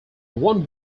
one